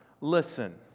listen